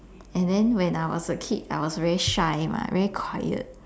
and then when I was a kid I was very shy mah very quiet